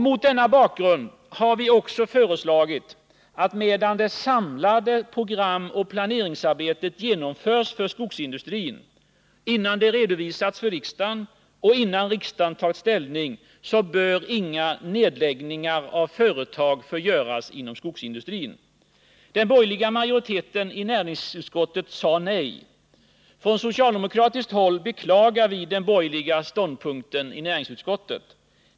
Mot denna bakgrund har vi föreslagit att medan det samlande programoch planeringsarbetet genomförs för skogsindustrin, och innan det redovisats för riksdagen och riksdagen tagit ställning, bör inga nedläggningar av företag få göras inom skogsindustrin. Den borgerliga majoriteten i näringsutskottet har sagt nej. Från socialdemokratisk sida beklagar vi den borgerliga ståndpunkten i näringsutskottet.